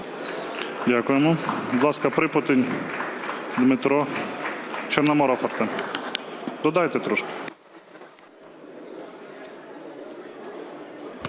Дякуємо. Будь ласка, Припутень Дмитро. Чорноморов Артем. Додайте трошки.